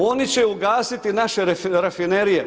Oni će ugasiti naše rafinerije.